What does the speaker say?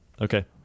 Okay